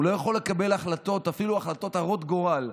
הוא לא יכול לקבל החלטות, אפילו החלטות הרות גורל,